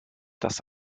das